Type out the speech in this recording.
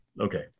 Okay